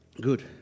Good